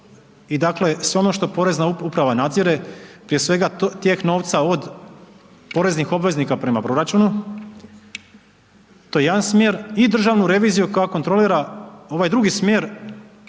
i dakle sve ono što Porezna uprava nadzire, prije svega tijek novca od poreznih obveznika prema proračunu, to je jedan smjer i državnu reviziju koja kontrolira ovaj drugi smjer